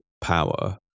power